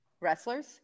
Wrestlers